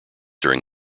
during